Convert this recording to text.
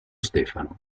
stefano